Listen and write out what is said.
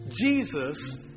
Jesus